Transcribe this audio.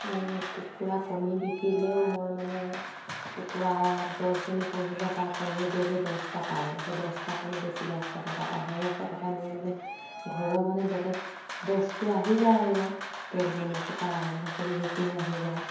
কাৰণ কুকুৰা কণী বিকিলেও মই মানে কুকুৰা দহজনী পুহিলে তাৰ কণী ডেইলি দছটা পাৰে সেই দছটা কণী বেচিলে এশ টকা পাওঁ সেই এশ টকাই মোৰ মানে ঘৰৰ মানে বেলেগ বস্তু আহি যায় আৰু আৰু তেল নিমখৰ পা আৰম্ভ কৰি সেইখিনি আহি যায়